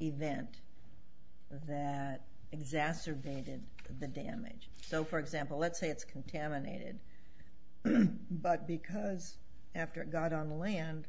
event that exacerbated the damage so for example let's say it's contaminated but because after it got on land